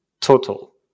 total